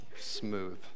smooth